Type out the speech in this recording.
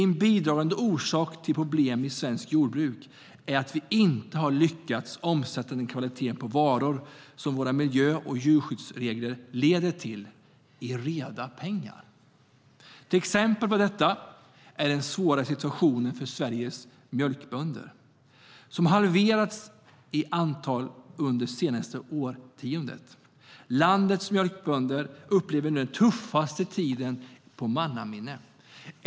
En bidragande orsak till problemen i svenskt jordbruk är att vi inte har lyckats omsätta den kvalitet på varorna som våra miljö och djurskyddsregler leder till i reda pengar. Ett exempel på detta är den svåra situationen för Sveriges mjölkbönder, som har halverats i antal under det senaste årtiondet. Landets mjölkbönder upplever nu den tuffaste tiden i mannaminne.